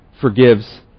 forgives